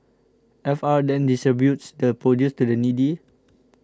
F R then distributes the produce to the needy